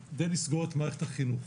אפשר לסגור את מערכת החינוך.